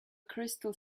crystal